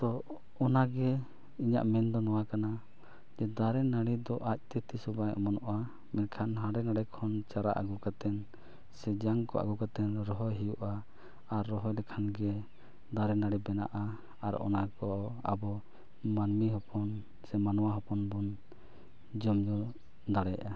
ᱛᱳ ᱚᱱᱟᱜᱮ ᱤᱧᱟᱹᱜ ᱢᱮᱱᱫᱚ ᱱᱚᱣᱟ ᱠᱟᱱᱟ ᱫᱟᱨᱮᱼᱱᱟᱹᱲᱤ ᱫᱚ ᱟᱡᱛᱮ ᱛᱤᱥᱦᱚᱸ ᱵᱟᱭ ᱚᱢᱚᱱᱚᱜᱼᱟ ᱢᱮᱱᱠᱷᱟᱱ ᱦᱟᱸᱰᱮᱼᱱᱷᱟᱰᱮ ᱠᱷᱚᱱ ᱪᱟᱨᱟ ᱟᱹᱜᱩ ᱠᱟᱛᱮᱫ ᱥᱮ ᱡᱟᱝ ᱠᱚ ᱟᱹᱜᱩ ᱠᱟᱛᱮᱫ ᱨᱚᱦᱚᱭ ᱦᱩᱭᱩᱜᱼᱟ ᱟᱨ ᱨᱚᱦᱚᱭ ᱞᱮᱠᱷᱟᱱ ᱜᱮ ᱫᱟᱨᱮᱼᱱᱟᱹᱲᱤ ᱵᱮᱱᱟᱜᱼᱟ ᱟᱨ ᱚᱱᱟ ᱠᱚ ᱟᱵᱚ ᱢᱟᱹᱱᱢᱤ ᱦᱚᱯᱚᱱ ᱥᱮ ᱢᱟᱱᱣᱟ ᱦᱚᱯᱚᱱ ᱵᱚᱱ ᱡᱚᱢᱼᱧᱩ ᱫᱟᱲᱮᱭᱟᱜᱼᱟ